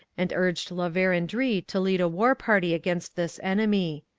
and urged la verendrye to lead a war party against this enemy.